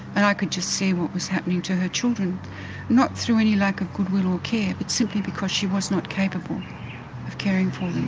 and i could just see what was happening to her children not through any lack of goodwill or care but simply because she was not capable of caring for them.